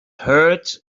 herd